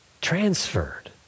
transferred